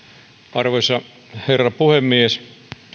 arvoisa herra puhemies